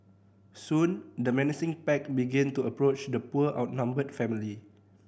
soon the menacing pack began to approach the poor outnumbered family